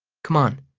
come on,